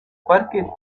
parque